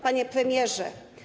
Panie Premierze!